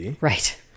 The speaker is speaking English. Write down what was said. Right